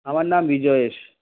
আমার নাম বিজয়েশ